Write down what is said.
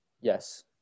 Yes